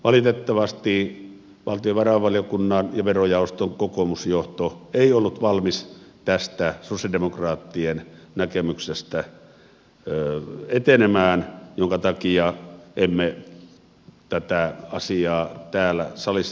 valitettavasti valtiovarainvaliokunnan ja verojaoston kokoomusjohto ei ollut valmis tästä sosialidemokraattien näkemyksestä etenemään jonka takia emme tätä asiaa täällä salissa äänestytä